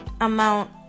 amount